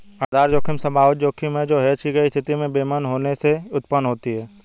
आधार जोखिम संभावित जोखिम है जो हेज की गई स्थिति में बेमेल होने से उत्पन्न होता है